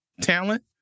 talent